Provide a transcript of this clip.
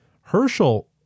Herschel